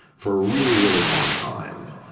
for a really, really long time,